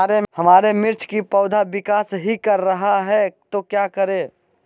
हमारे मिर्च कि पौधा विकास ही कर रहा है तो क्या करे?